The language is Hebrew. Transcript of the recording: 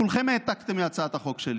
כולכם העתקתם מהצעת החוק שלי,